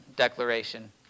declaration